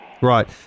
Right